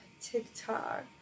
TikTok